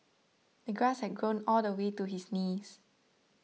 the grass had grown all the way to his knees